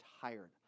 tired